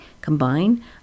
combine